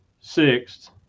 sixth